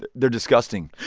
ah they're disgusting.